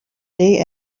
day